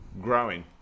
growing